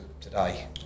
today